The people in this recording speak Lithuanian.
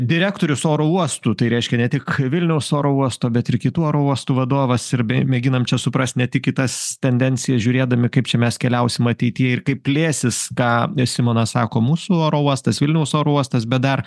direktorius oro uostų tai reiškia ne tik vilniaus oro uosto bet ir kitų oro uostų vadovas ir bei mėginan čia suprast ne tik į tas tendencijas žiūrėdami kaip čia mes keliausim ateity ir kaip plėsis ką simonas sako mūsų oro uostas vilniaus oro uostas bet dar